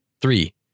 Three